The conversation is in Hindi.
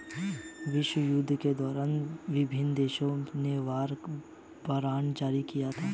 विश्वयुद्धों के दौरान विभिन्न देशों ने वॉर बॉन्ड जारी किया